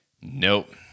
Nope